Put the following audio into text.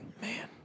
Man